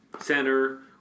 center